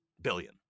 billion